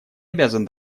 обязан